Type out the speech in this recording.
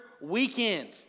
weekend